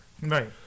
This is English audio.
Right